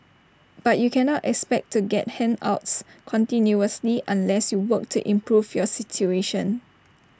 but you cannot expect to get handouts continuously unless you work to improve your situation